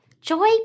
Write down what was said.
joy